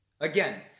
Again